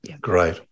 Great